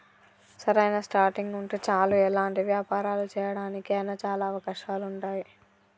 సరైన స్టార్టింగ్ ఉంటే చాలు ఎలాంటి వ్యాపారాలు చేయడానికి అయినా చాలా అవకాశాలు ఉంటాయి